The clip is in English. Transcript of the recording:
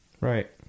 Right